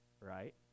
Right